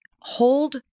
hold